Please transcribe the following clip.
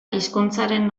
hizkuntzaren